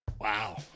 Wow